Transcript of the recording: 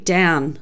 down